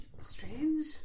strange